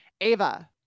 Ava